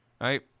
right